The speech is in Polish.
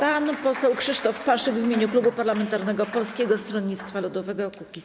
Pan poseł Krzysztof Paszyk w imieniu klubu parlamentarnego Polskiego Stronnictwa Ludowego - Kukiz15.